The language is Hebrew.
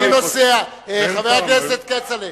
חבר הכנסת כצל'ה.